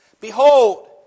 Behold